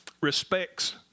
respects